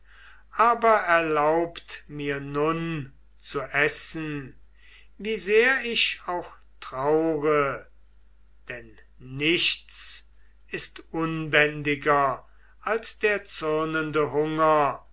aber erlaubt mir nun zu essen wie sehr ich auch traure denn nichts ist unbändiger als der zürnende hunger